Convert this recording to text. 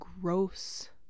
gross